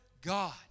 God